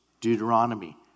Deuteronomy